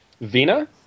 Vina